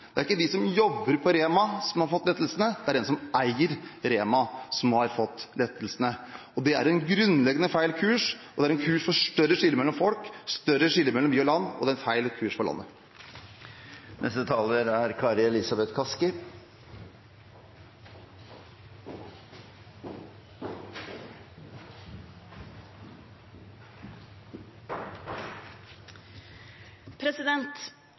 Det er ikke de som jobber på Rema som har fått lettelsene; det er den som eier Rema, som har fått lettelsene. Det er en grunnleggende feil kurs, det er en kurs for større skille mellom folk, større skille mellom by og land, og det er en feil kurs for landet. Mange har de siste dagene sagt fra denne talerstolen at regjeringen er